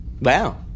Wow